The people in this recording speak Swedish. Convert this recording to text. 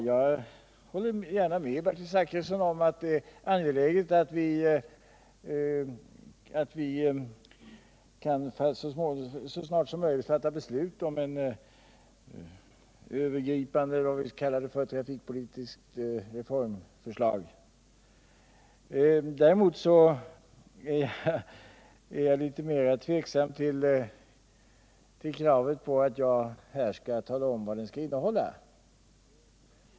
Jag håller gärna med Bertil Zachrisson om att det är angeläget att vi så snart som möjligt kan fatta beslut om ett övergripande trafikpolitiskt reformförslag. Däremot ställer jag mig litet mera tveksam till kravet på att jag här skall tala om vad detta skall innehålla.